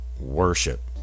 worship